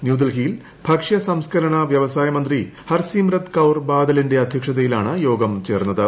ന്യൂഡൽഹിയിൽ ഭക്ഷ്യ സംസ്ക്കരണ വ്യവസായ മന്ത്രി ഹർസിമ്രത് കൌർ ബാദലിന്റെ അദ്ധ്യക്ഷതയിലാണ് യോഗം ചേർന്നത്